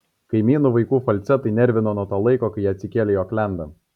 kaimynų vaikų falcetai nervino nuo to laiko kai jie atsikėlė į oklendą